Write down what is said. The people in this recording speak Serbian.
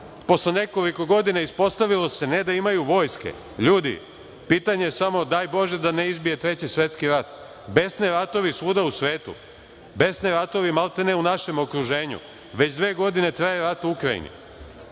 posle nekoliko godina ispostavilo se, ne da imaju vojske, ljudi, pitanje je samo daj Bože da ne izbije treći svetski rat, besne ratovi svuda u svetu, besne ratovi maltene u našem okruženju. Već dve godine traje rat u Ukrajini.